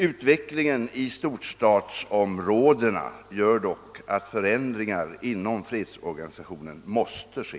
Utvecklingen i storstadsområdena gör dock att ändringar inom fredsorganisationen måste ske.